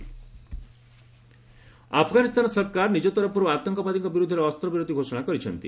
ଆଫ୍ଗାନିସ୍ତାନ ଆଫ୍ଗାନିସ୍ତାନ ସରକାର ନିକ ତରଫରୁ ଆତଙ୍କବାଦୀଙ୍କ ବିରୁଦ୍ଧରେ ଅସ୍ତ୍ରବିରତି ଘୋଷଣା କରିଛନ୍ତି